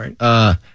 Right